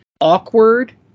awkward